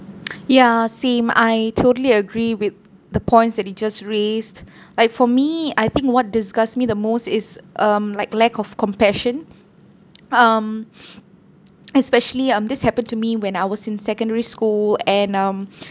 ya same I totally agree with the points that you just raised like for me I think what disgusts me the most is um like lack of compassion um especially um this happened to me when I was in secondary school and um